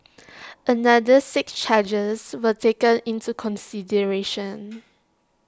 another six charges were taken into consideration